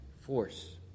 force